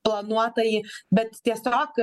planuotąjį bet tiesiog